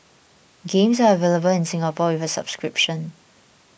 games are available in Singapore with a subscription